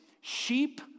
sheep